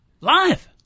Live